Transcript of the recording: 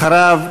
אחריו,